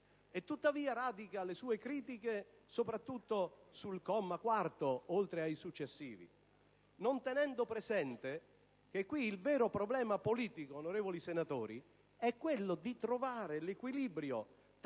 tuttavia radica le sue critiche soprattutto sul comma 4, oltre che sui successivi, non tenendo presente che in questo caso il vero problema politico, onorevoli senatori, è quello di trovare l'equilibrio tra due esigenze